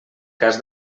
cas